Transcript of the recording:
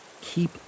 keep